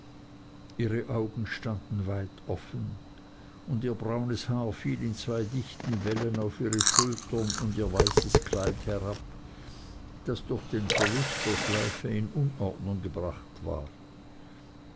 ihre augen standen weit offen und ihr braunes haar fiel in zwei dichten wellen auf ihre schultern und ihr weißes kleid herab das durch den verlust der schleife in unordnung gebracht war